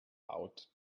out